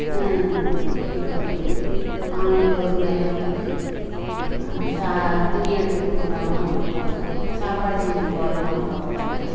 கூட்டிட்டு வந்து அவனுக்கு உரிமை எல்லாம் கட்டி சா துணி எடுத்து கொடுக்குறவுங்களாம் கொடுப்பாங்க சாப்பாடு செஞ்சு போடுறவங்களும் போடுவாங்க